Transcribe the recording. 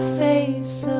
face